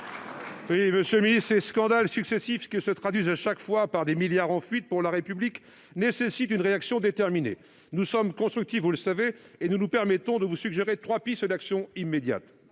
pour la réplique. Ces scandales successifs qui se traduisent à chaque fois par des milliards en fuite pour la République nécessitent une réaction déterminée. Vous le savez, nous sommes constructifs et nous nous permettons de vous suggérer trois pistes d'action immédiate.